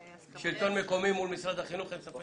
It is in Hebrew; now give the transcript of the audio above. שלטון מקומי מול משרד החינוך אין ספק